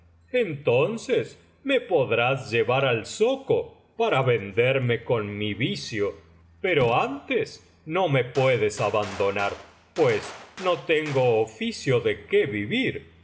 entonces me podrás llevar al zoco para venderme con mi vicio pero antes no me puedes abandonar pues no tengo oficio de qué vivir